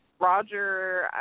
Roger